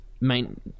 main